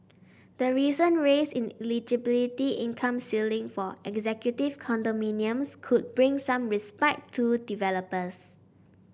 the recent raise in eligibility income ceiling for executive condominiums could bring some respite to developers